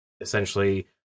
essentially